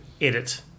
edit